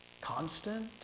Constant